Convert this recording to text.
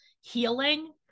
healing